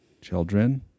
children